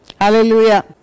Hallelujah